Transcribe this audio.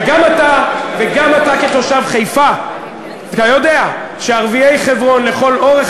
גם אתה כתושב חיפה יודע שערביי חברון לכל אורך